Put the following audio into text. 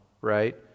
right